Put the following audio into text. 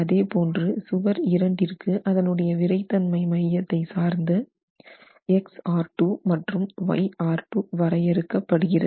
அதேபோன்று சுவர் 2 இரண்டிற்கு அதனுடைய விறைத்தன்மை மையத்தை சார்ந்து மற்றும் வரையறுக்க படுகிறது